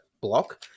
block